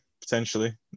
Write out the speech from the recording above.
potentially